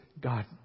God